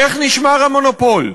איך נשמר המונופול?